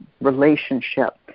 relationship